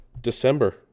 December